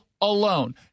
alone